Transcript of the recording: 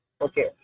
Okay